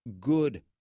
good